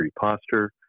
posture